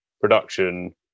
production